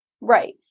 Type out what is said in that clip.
Right